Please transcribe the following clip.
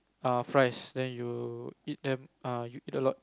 ah fries then you eat them you eat a lot